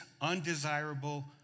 undesirable